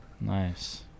nice